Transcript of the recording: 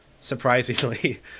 surprisingly